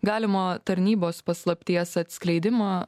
galimo tarnybos paslapties atskleidimo